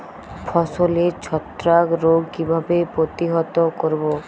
ফসলের ছত্রাক রোগ কিভাবে প্রতিহত করব?